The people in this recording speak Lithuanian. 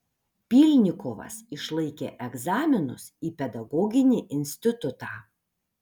pylnikovas išlaikė egzaminus į pedagoginį institutą